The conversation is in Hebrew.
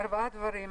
ארבעה דברים.